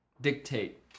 dictate